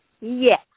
Yes